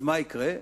אז מה יקרה?